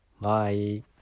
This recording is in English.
bye